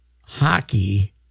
hockey